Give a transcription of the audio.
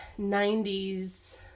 90s